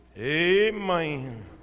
Amen